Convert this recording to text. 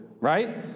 right